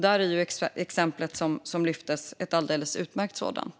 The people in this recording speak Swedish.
Här är exemplet som lyftes fram ett alldeles utmärkt sådant.